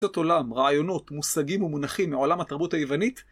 עובדות עולם, רעיונות, מושגים ומונחים מעולם התרבות היוונית